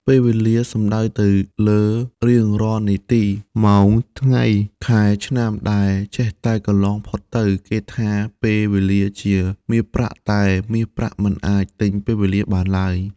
ពេលវេលា សំដៅទៅលើរៀងរាល់នាទី ម៉ោង ថ្ងៃ ខែ ឆ្នាំ ដែលចេះតែកន្លងផុតទៅ គេថាពេលវេលាជាមាសប្រាក់ តែមាសប្រាក់មិនអាចទិញពេលវេលាបានឡើយ។